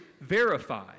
verify